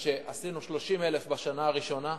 שעשינו 30,000 בשנה הראשונה,